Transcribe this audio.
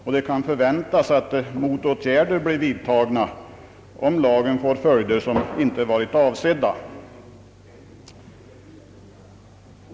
Det kan därför förväntas att motåtgärder blir vidtagna, om lagen får följder som inte varit avsedda.